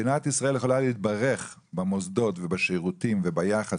מדינת ישראל יכולה להתברך במוסדות ובשירותים וביחס